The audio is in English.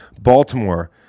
Baltimore